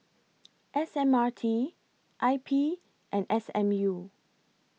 S M R T I P and S M U